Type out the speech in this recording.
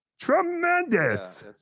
Tremendous